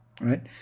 Right